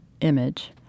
image